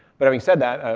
but having said that,